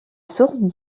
source